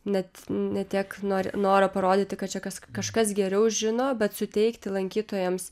net ne tiek nori noro parodyti kad čia kas kažkas geriau žino bet suteikti lankytojams